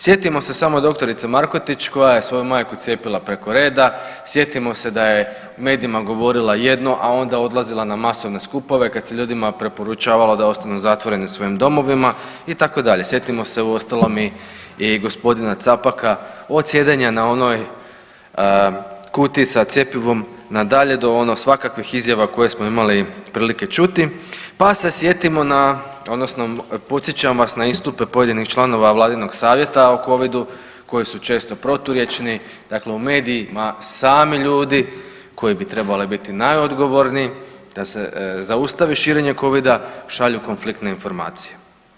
Sjetimo se samo doktorice Markotić koja je svoju majku cijepila preko reda, sjetimo se da je u medijima govorila jedno, a onda odlazila na masovne skupove kad se ljudima preporučavalo da ostanu zatvoreni u svojim domovima itd., sjetimo se uostalom i, i g. Capaka od sjedenja na onoj kutiji sa cjepivom na dalje do ono svakakvih izjava koje smo imali prilike čuti, pa se sjetimo na odnosno podsjećam vas na istupe pojedinih članova vladinog savjeta o covidu koji su često proturječni, dakle u medijima sami ljudi koji bi trebali biti najodgovorniji da se zaustavi širenje covida, šalju konfliktne informacije.